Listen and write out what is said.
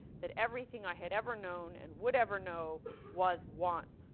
that everything i had ever known and would ever know was one.